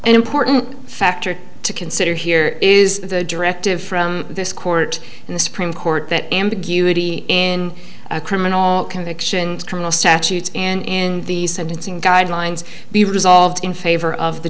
an important factor to consider here is the directive from this court in the supreme court that ambiguity in a criminal conviction criminal statutes in the sentencing guidelines be resolved in favor of the